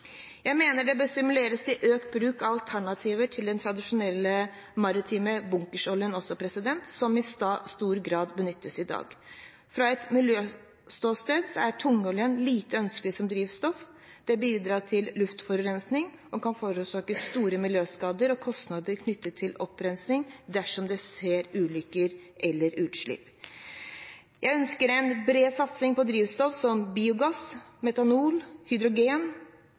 Jeg mener det også bør stimuleres til økt bruk av alternativer til den tradisjonelle maritime bunkersoljen som i stor grad benyttes i dag. Fra et miljøståsted er tungoljen lite ønskelig som drivstoff. Det bidrar til luftforurensing og kan forårsake store miljøskader og kostnader knyttet til opprensking dersom det skjer ulykker eller utslipp. Jeg ønsker en bred satsing på drivstoff som biogass, metanol og hydrogen.